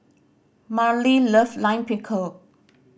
Marlee love Lime Pickle